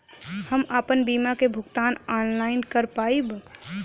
हम आपन बीमा क भुगतान ऑनलाइन कर पाईब?